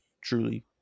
truly